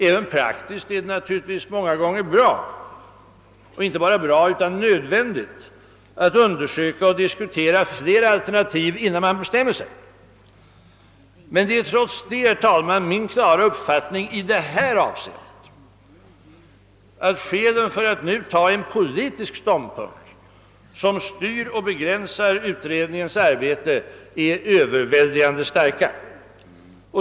Även praktiskt sett är det naturligtvis många gånger inte bara bra utan nödvändigt att undersöka och diskutera flera alternativ innan man bestämmer sig. Men trots detta är det min klara uppfattning, herr talman, att skälen för att nu ta en politisk ståndpunkt, som styr och begränsar utredningens arbete, är överväldigande starka.